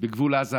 בגבול עזה